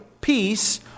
peace